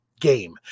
Game